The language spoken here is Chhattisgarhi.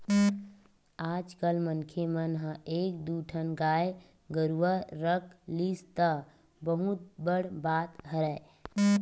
आजकल मनखे मन ह एक दू ठन गाय गरुवा रख लिस त बहुत बड़ बात हरय